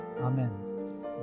Amen